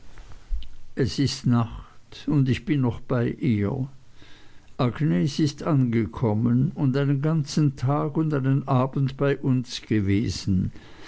es ist nacht und ich bin noch bei ihr agnes ist angekommen und einen ganzen tag und einen abend bei uns gewesen